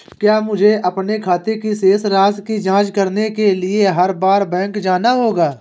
क्या मुझे अपने खाते की शेष राशि की जांच करने के लिए हर बार बैंक जाना होगा?